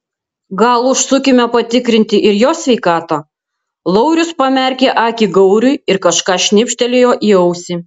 gal užsukime patikrinti ir jo sveikatą laurius pamerkė akį gauriui ir kažką šnibžtelėjo į ausį